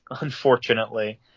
unfortunately